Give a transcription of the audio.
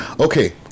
Okay